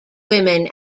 women